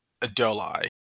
Adolai